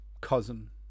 cousin